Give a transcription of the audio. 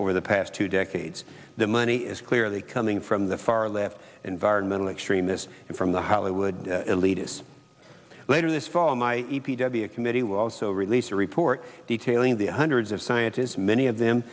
over the past two decades the money is clearly coming from the far left environmental extremists and from the hollywood elitists later this fall my e p w committee will also release a report detailing the hundreds of scientists many of them